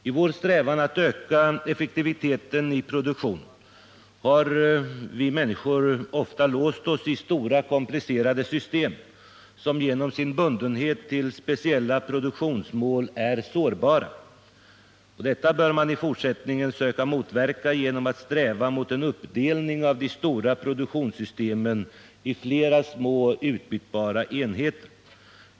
I vår strävan att öka effektiviteten i produktionen har vi människor ofta låst oss i stora komplicerade 'system, som genom sin bundenhet till speciella produktionsmål är sårbara. Detta bör man i fortsättningen söka motverka genom att sträva till en uppdelning av de stora produktionssystemen i flera små, utbytbara enheter.